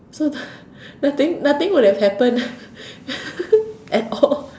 so nothing nothing would have happen at all